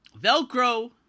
Velcro